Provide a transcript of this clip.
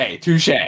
touche